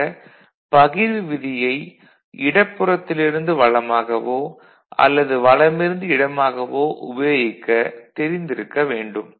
ஆக பகிர்வு விதியை இடப்புறத்திலிருந்து வலமாகவோ அல்லது வலமிருந்து இடமாகவோ உபயோகிக்க தெரிந்திருக்க வேண்டும்